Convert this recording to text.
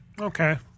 Okay